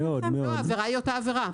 העבירה היא אותה עבירה.